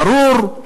ברור.